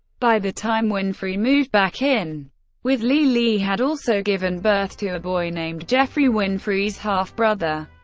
by the time winfrey moved back in with lee, lee had also given birth to a boy named jeffrey, winfrey's half-brother,